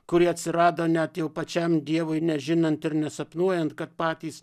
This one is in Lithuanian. kurie atsirado net jau pačiam dievui nežinant ir nesapnuojant kad patys